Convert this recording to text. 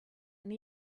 and